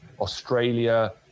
Australia